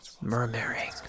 murmuring